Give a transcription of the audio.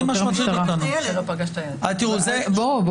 זה מה שמטריד אותנו.